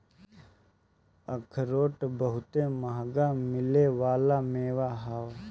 अखरोट बहुते मंहगा मिले वाला मेवा ह